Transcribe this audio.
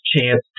chance